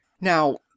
Now